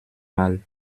mal